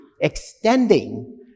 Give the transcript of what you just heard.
extending